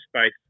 space